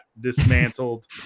dismantled